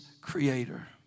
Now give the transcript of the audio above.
creator